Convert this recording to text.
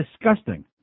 disgusting